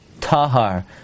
tahar